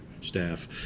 staff